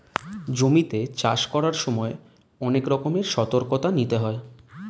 জমিতে চাষ করার সময় অনেক রকমের সতর্কতা নিতে হয়